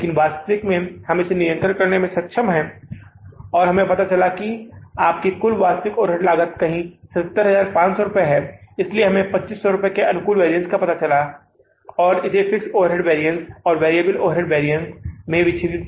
लेकिन वास्तव में हम इसे नियंत्रण में रखने में सक्षम हैं और हमें पता चला है कि आपकी कुल वास्तविक ओवरहेड लागत कहीं 77500 है इसलिए हमने 2500 रुपये के अनुकूल वैरिअन्स का पता लगाया और इसे फिक्स्ड ओवरहेड वैरिअन्स और वेरिएबल ओवरहेड वैरिअन्स में विच्छेदित किया जाएगा